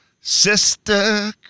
Sister